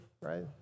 right